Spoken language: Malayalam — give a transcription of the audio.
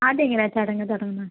ആദ്യം എങ്ങനെയാണ് ചടങ്ങ് തുടങ്ങുന്നത്